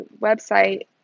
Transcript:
website